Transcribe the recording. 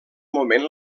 moment